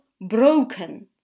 broken